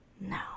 No